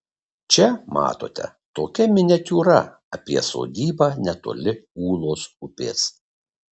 čia matote tokia miniatiūra apie sodybą netoli ūlos upės